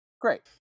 Great